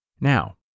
Now